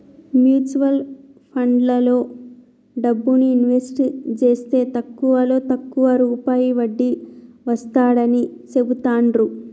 mutual ఫండ్లలో డబ్బుని invest జేస్తే తక్కువలో తక్కువ రూపాయి వడ్డీ వస్తాడని చెబుతాండ్రు